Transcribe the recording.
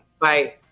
Bye